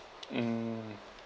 mm